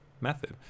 method